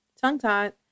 tongue-tied